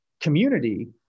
community